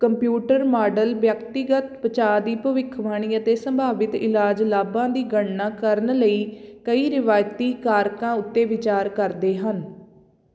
computer model ਵਿਅਕਤੀਗਤ ਬਚਾਅ ਦੀ ਭਵਿੱਖਬਾਣੀ ਅਤੇ ਸੰਭਾਵਿਤ ਇਲਾਜ ਲਾਭਾਂ ਦੀ ਗਣਨਾ ਕਰਨ ਲਈ ਕਈ ਰਵਾਇਤੀ ਕਾਰਕਾਂ ਉੱਤੇ ਵਿਚਾਰ ਕਰਦੇ ਹਨ